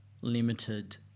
limited